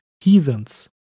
heathens